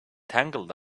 tangled